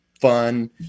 fun